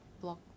Block